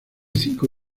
cinco